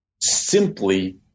simply